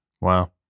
Wow